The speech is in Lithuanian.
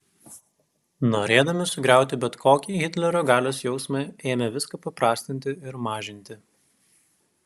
norėdami sugriauti bet kokį hitlerio galios jausmą ėmė viską paprastinti ir mažinti